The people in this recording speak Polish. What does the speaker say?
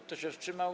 Kto się wstrzymał?